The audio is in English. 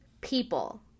people